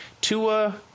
Tua